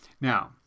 now